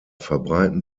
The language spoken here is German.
verbreiten